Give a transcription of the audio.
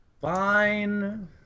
Fine